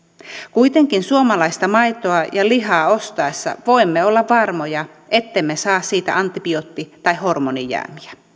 kuitenkin suomalaista maitoa ja lihaa ostaessa voimme olla varmoja ettemme saa siitä antibiootti tai hormonijäämiä